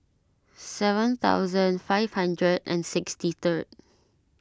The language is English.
seven thousand five hundred and sixty third